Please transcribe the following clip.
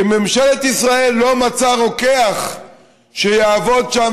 ממשלת ישראל לא מצאה רוקח שיעבוד שם,